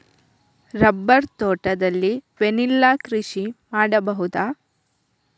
Rubber ತೋಟದಲ್ಲಿ vanilla ಕೃಷಿ ಮಾಡಬಹುದಾ?